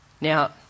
Now